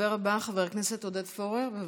הדובר הבא, חבר הכנסת עודד פורר, בבקשה.